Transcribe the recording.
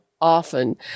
often